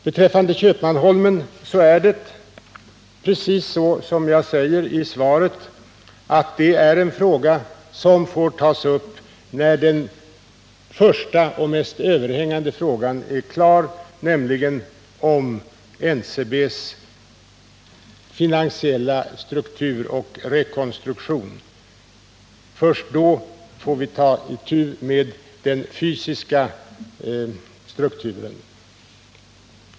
Beträffande Köpmanholmen är det precis så som jag säger i svaret, att det är en fråga som får tas upp när den första och mest överhängande frågan är klar, nämligen den om NCB:s finansiella struktur och rekonstruktion. Först då får vi ta itu med den fysiska strukturen.